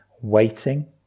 Waiting